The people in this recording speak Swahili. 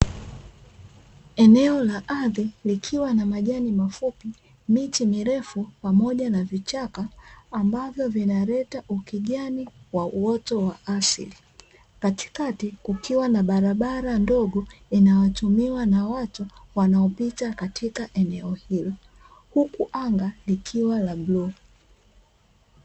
Eneo la ardhi likiwa na majani mafupi, miti mirefu pamoja na vichaka; ambavyo vinaleta ukijani wa uoto wa asili. Katikati kukiwa na barabara ndogo inayotumiwa na watu wanaopita katika eneo hilo; huku anga likiwa la bluu.